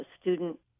student